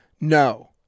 No